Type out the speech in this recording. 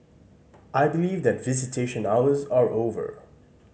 I believe that visitation hours are over